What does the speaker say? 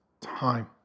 time